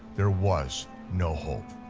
there was no hope.